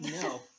No